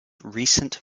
recent